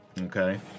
okay